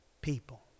people